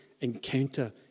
Encounter